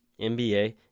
NBA